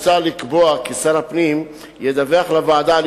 מוצע לקבוע כי שר הפניים ידווח לוועדה על